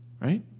Right